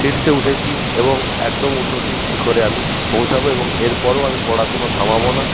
শীর্ষে উঠেছি এবং একদম উন্নতির শিখরে আমি পৌঁছাবো এবং এরপরেও আমি পড়াশুনো থামাবো না